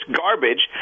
garbage